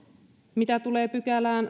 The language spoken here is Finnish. mitä tulee sadanteenyhdeksänteentoista pykälään